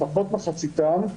לפחות מחציתם,